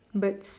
but